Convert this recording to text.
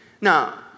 Now